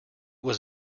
was